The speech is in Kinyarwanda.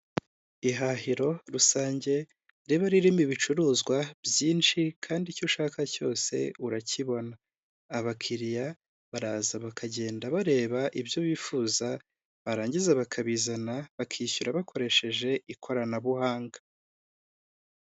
Ihahiro rusange riba ririmo ibicuruzwa byinshi kandi icyo ushaka cyose urakibona, abakiriya baraza bakagenda bareba ibyo bifuza barangiza bakabizana bakishyura bakoresheje ikoranabuhanga.